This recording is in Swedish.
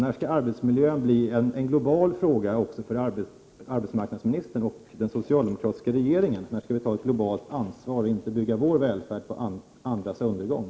När skall arbetsmiljön bli en global fråga också för arbetsmarknadsministern och den socialdemokratiska regeringen? När skall vi ta ett globalt ansvar och inte bygga vår välfärd på andras undergång?